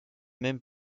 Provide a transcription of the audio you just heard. même